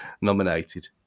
nominated